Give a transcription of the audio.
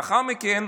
לאחר מכן,